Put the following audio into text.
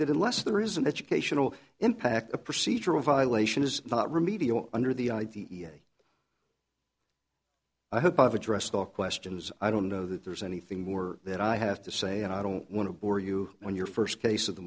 that unless there is an educational impact a procedural violation is not remedial under the i hope i've addressed all questions i don't know that there's anything more that i have to say and i don't want to bore you when your first case of the